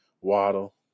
Waddle